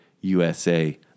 USA